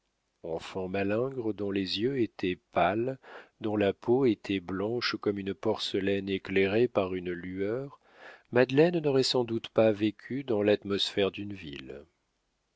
enfant malingre dont les yeux étaient pâles dont la peau était blanche comme une porcelaine éclairée par une lueur madeleine n'aurait sans doute pas vécu dans l'atmosphère d'une ville